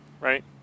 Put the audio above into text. right